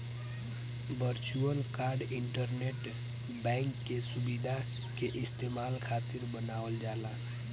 virtual card internet bank के सुविधा के इस्तेमाल खातिर बनावल जाला